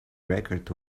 record